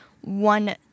one